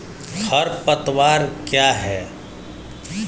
खरपतवार क्या है?